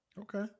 Okay